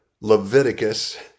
Leviticus